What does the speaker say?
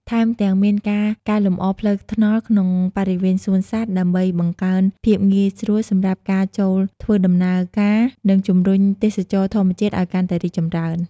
ថែមទាំងមានការកែលម្អផ្លូវថ្នល់ក្នុងបរិវេណសួនសត្វ ដើម្បីបង្កើនភាពងាយស្រួលសម្រាប់ការចូធ្វើដំណើរការ និងជម្រុញទេសចរណ៍ធម្មជាតិឲ្យកាន់តែរីកចម្រើន។